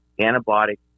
antibiotic